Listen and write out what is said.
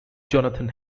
jonathan